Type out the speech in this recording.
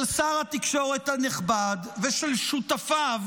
של שר התקשורת הנכבד ושל שותפיו